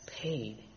paid